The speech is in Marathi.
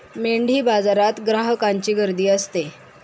मेंढीबाजारात ग्राहकांची गर्दी असते